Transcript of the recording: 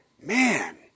Man